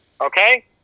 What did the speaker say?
okay